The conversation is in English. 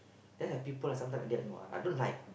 then have people sometime like that know I I don't like